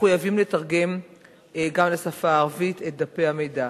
מחויבים לתרגם גם לשפה הערבית את דפי המידע.